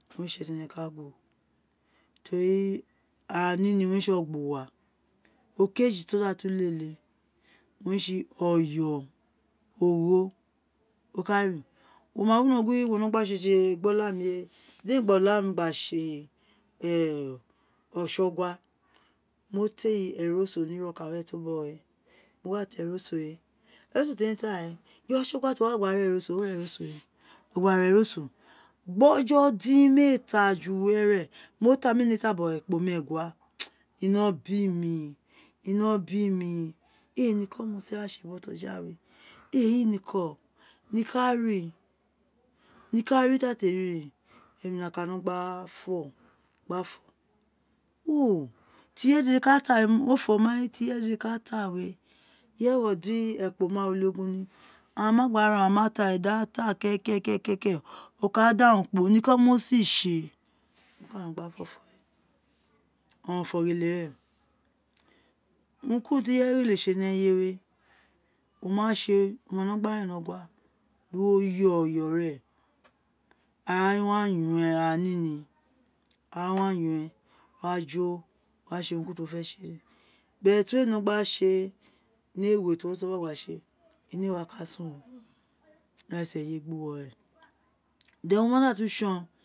Owun re tsi itse ti ene ka ojuwo tori ara nini owun re tsi ogbuwa okeji ti oda tu wino lele ouun re tsi oyo ogho wo kari mo ma wino gin wono tse tsi okmi gna tsi otsogus moti eroso ni ha ta eroso we eroso teni ta we ireye tsogus ti o wa gba ri eroso we ogba ra eroso gbe ojo di miee ta ju were mo ta ni ee nemr ta bogho ekpo meegua ino bi mi ino bi mi ee niko mo si ra tsi ee niko mo si ra tsiee riri emi noka gha fo gba fo o ti heye dede ks ta we mo fo ti irenye dede ka ta we mo ka jold din ekpo meegua we ni a ina gbara urun di a ta kekeke ke o kada urun kporo miko mo si tsi ee mo ka no gna fo ofo we oron fo gete ren urun ku uru ti ireye kete tse tse ni eye we wo ma tsi ee wo ma ren ni ogua di wo yo ee ara ni ni ara wa yo we owa jo wo wa tse urun ku urun ti wo ma fe tsi ee dedi but we no gba tsi ee ni ewe ti wo gba tsiee ino ee wa ka san uwo di eye si ra gbi uwo re wo ma da tu tson